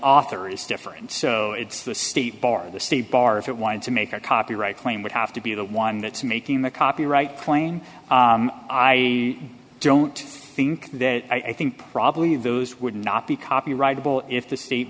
author is different so it's the state bar the state bar if it wanted to make a copyright claim would have to be the one that's making the copyright plain i don't think that i think probably those would not be copyrightable if the state